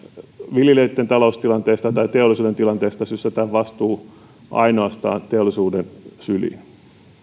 viljelijöitten taloustilanteesta tai teollisuuden tilanteesta sysätään vastuu ainoastaan teollisuuden syliin